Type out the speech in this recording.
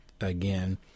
again